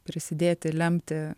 prisidėti lemti